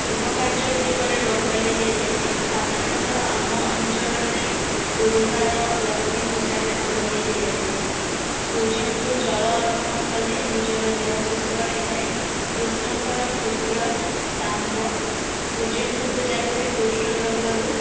ଶୁଭକାର୍ଯ୍ୟ ଗୁଡ଼ିକରେ ରଙ୍ଗୋଲି ଦିଆଯାଇଥାଏ ସାଧାରଣତଃ ଆମ ଅଞ୍ଚଳରେ ଗୁରୁବାର ଲକ୍ଷ୍ମୀ ପୂଜାରେ ରଙ୍ଗୋଲି ଦିଆଯାଇଥାଏ ସୂର୍ଯ୍ୟଙ୍କୁ ଜଳ ଅର୍ପଣ କଲେ ନିଜର ଦେହସୁସ୍ଥ ରହିଥାଏ କୃଷ୍ଣଙ୍କର ପୁତ୍ର ଶାମ୍ବ ସୂର୍ଯ୍ୟଙ୍କୁ ପୂଜାକରି କୁଷ୍ଠ ରୋଗରୁ